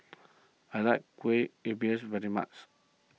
I like Kueh Lupis very much